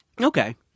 Okay